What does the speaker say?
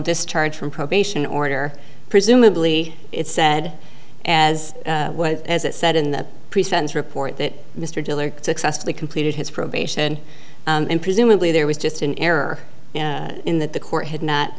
discharge from probation order presumably it said as well as it said in the pre sentence report that mr dillard successfully completed his probation and presumably there was just an error in that the court had not